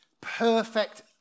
perfect